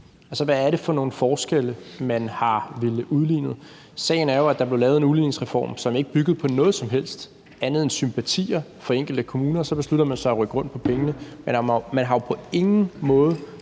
hvad er det for nogle forskelle, man har villet udligne? Sagen er jo, at der blev lavet en udligningsreform, som ikke byggede på noget som helst andet end sympatier for enkelte kommuner, og så besluttede man sig for at rykke rundt på pengene, men man har jo på ingen måde